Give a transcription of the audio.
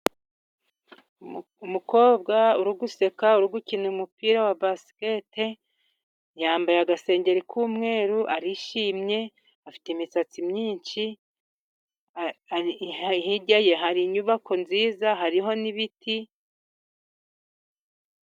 Umukobwa uri guseka，uri gukina umupira wa basiketi， yambaye agasengeri k'umweru， arishimye， afite imisatsi myinshi，hirya ye hari inyubako nziza hariho n'ibiti.